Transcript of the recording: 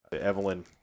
Evelyn